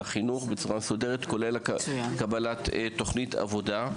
החינוך בצורה מסודרת כולל קבלת תוכנית עבודה.